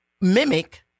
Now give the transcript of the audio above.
mimic